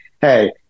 hey